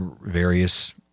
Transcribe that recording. various